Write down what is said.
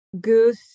goose